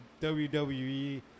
WWE